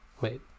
Wait